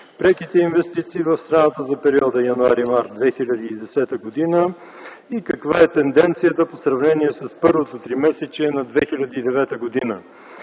преките инвестиции в страната за периода януари-март 2010 г. и каква е тенденцията в сравнение с първото тримесечие на 2009 г.?